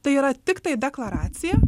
tai yra tiktai deklaracija